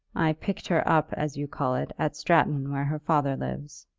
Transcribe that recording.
i picked her up, as you call it, at stratton, where her father lives.